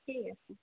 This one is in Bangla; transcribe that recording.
ঠিক আছে